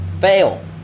Fail